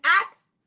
acts